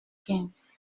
quinze